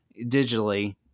digitally